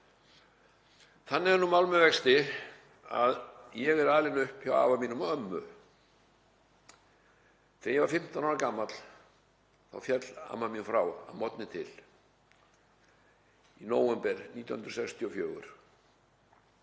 Þannig er mál með vexti að ég er alinn upp hjá afa mínum og ömmu. Þegar ég var 15 ára gamall þá féll amma mín frá að morgni til í nóvember 1964.